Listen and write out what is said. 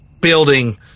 building